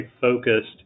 focused